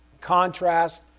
contrast